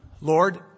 Lord